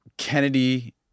Kennedy